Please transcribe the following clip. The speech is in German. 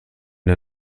der